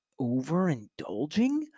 overindulging